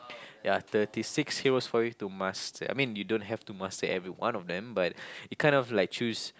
ya thirty six heroes for you to master I mean you don't have to master every one of them but you kind of like choose